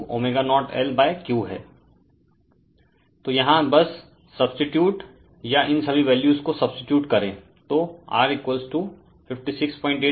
Refer Slide Time 0204 तो यहाँ बस सब्सीटूट या इन सभी वैल्यूज को सब्सीटूट करे तो R 568 मिलेगा